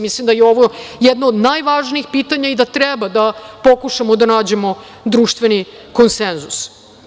Mislim da je ovo jedno od najvažnijih pitanja i da treba da pokušamo da nađemo društveni konsenzus.